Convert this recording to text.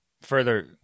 Further